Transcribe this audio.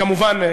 כמובן,